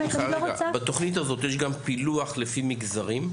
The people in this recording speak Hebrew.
רגע, בתוכנית הזאת יש גם פילוח לפי מגזרים?